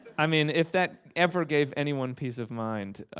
i mean, if that ever gave anyone peace of mind,